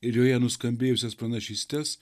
ir joje nuskambėjusias pranašystes